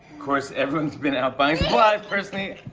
course, everyone's been out buying supplies. personally.